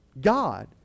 God